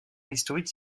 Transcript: historique